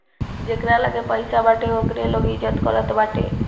जेकरा लगे पईसा बाटे ओकरे लोग इज्जत करत बाटे